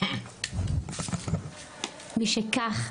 משכך,